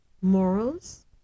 morals